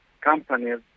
companies